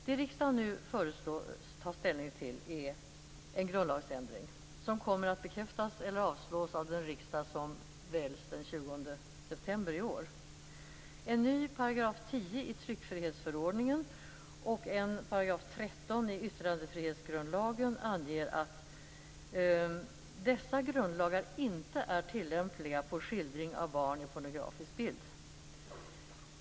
Det riksdagen nu föreslås ta ställning till är en grundlagsändring som kommer att bekräftas eller avslås av den riksdag som väljs den 20 september i år. En ny 10 § i tryckfrihetsförordningen och en 13 § i yttrandefrihetsgrundlagen anger att dessa grundlagar inte är tillämpliga på skildring av barn i pornografisk bild.